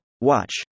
watch